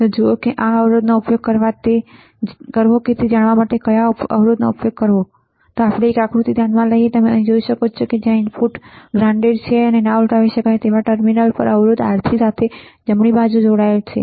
તો જુઓ કે કયા અવરોધનો ઉપયોગ કરવો તે જાણવા માટે કયો અવરોધનો ઉપયોગ કરવો જોઈએ ચાલો આપણે નીચેની એક આકૃતિને ધ્યાનમાં લઈએ જે તમે અહીં જોઈ શકો છો જ્યાં ઇનપુટ પણ ગ્રાઉન્ડેડ છે અને ના ઉલટાવી શકાય એ ટર્મિનલ અવરોધ R3 સાથે જમણી બાજુ જોડાયેલ છે